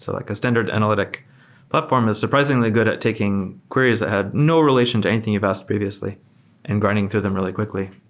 so like a standard analytic platform is surprisingly good at taking queries that had no relationd to anything you've asked previously and grinding through them really quickly.